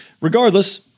regardless